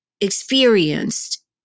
experienced